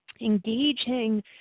engaging